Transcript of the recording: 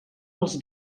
els